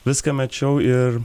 viską mečiau ir